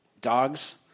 dogs